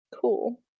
Cool